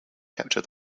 capture